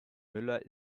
müller